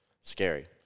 Scary